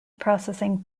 processing